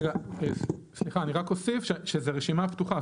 רגע סליחה, אני רק אוסיף שזאת רשימה פתיחה.